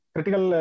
Critical